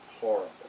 horrible